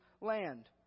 land